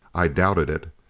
i doubted it.